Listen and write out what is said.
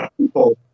people